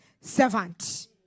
servant